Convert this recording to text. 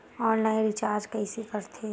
Online recharge कइसे करथे?